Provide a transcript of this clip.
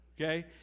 okay